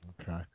Okay